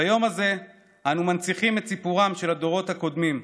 ביום הזה אנו מנציחים את סיפורם של הדורות הקודמים,